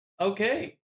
Okay